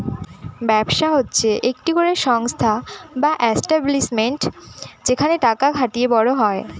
ব্যবসা হচ্ছে একটি করে সংস্থা বা এস্টাব্লিশমেন্ট যেখানে টাকা খাটিয়ে বড় হয়